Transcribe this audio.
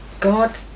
God